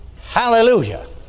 Hallelujah